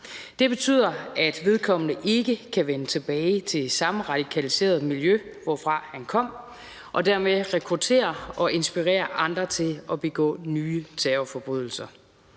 Det betyder, at vedkommende ikke kan vende tilbage til samme radikaliserede miljø, hvorfra han kom, og dermed rekruttere og inspirere andre til at begå nye terrorforbrydelser.